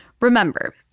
Remember